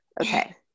Okay